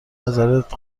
نظرت